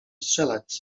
strzelać